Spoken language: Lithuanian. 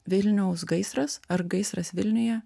vilniaus gaisras ar gaisras vilniuje